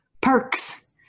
perks